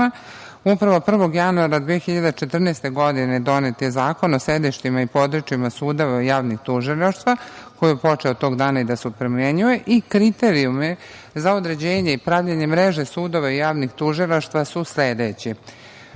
prvog januara 2014. godine donet je Zakon o sedištima i područjima sudova i javnih tužilaštva koji je počeo tog dana da se i primenjuje i kriterijume za određenje i pravljenje mreže sudova i javnih tužilaštva su sledeći: